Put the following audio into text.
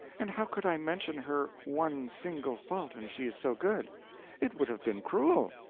and how could i mention her one single fault, and she so good it would have been cruel.